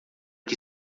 que